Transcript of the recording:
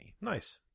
Nice